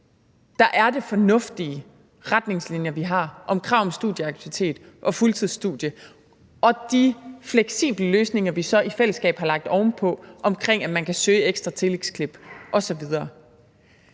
su er det fornuftige retningslinjer, vi har, om krav om studieaktivitet og fuldtidsstudie og de fleksible løsninger, vi så i fællesskab har lagt ovenpå, omkring, at man kan søge ekstra tillægsklip osv.